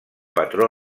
patró